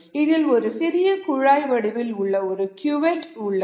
இதில் ஒரு சிறிய குழாய் வடிவில் உள்ள ஒரு கியூவெட் உள்ளது